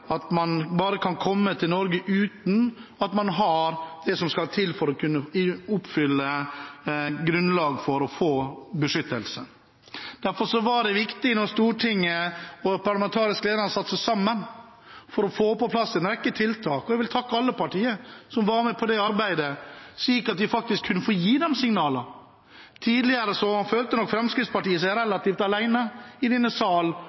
at man bare kan komme til Norge uten at man har det som skal til for å kunne oppfylle kravene for å få beskyttelse. Derfor var det viktig at Stortinget og de parlamentariske lederne satte seg sammen for å få på plass en rekke tiltak. Jeg vil takke alle partiene som var med på det arbeidet, slik at vi faktisk kunne få gi de signalene. Tidligere følte nok Fremskrittspartiet seg relativt alene i denne sal